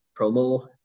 promo